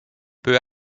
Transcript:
peu